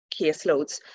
caseloads